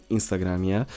Instagramie